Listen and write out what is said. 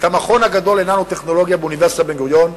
את המכון הגדול לננו-טכנולוגיה באוניברסיטת בן-גוריון,